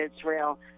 Israel